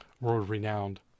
World-renowned